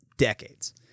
decades